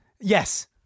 Yes